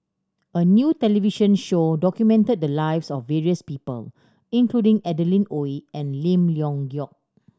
a new television show documented the lives of various people including Adeline Ooi and Lim Leong Geok